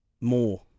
more